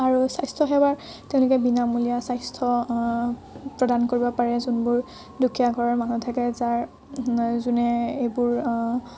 আৰু স্বাস্থ্যসেৱাৰ তেওঁলোকে বিনামূলীয়া স্বাস্থ্য প্ৰদান কৰিব পাৰে যোনবোৰ দুখীয়া ঘৰৰ মানুহ থাকে যাৰ যোনে এইবোৰ